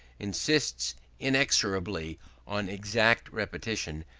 insists inexorably on exact repetition,